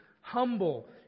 humble